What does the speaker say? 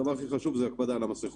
הדבר הכי חשוב זו ההקפדה על המסכות